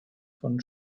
von